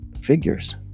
figures